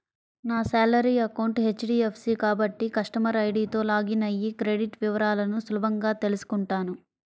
నా salary account HDFC కాబట్టి customer ఐడీతో లాగిన్ అయ్యి క్రెడిట్ వివరాలను సులభంగా తెల్సుకుంటాను